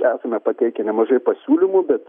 esame pateikę nemažai pasiūlymų bet